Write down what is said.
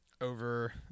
over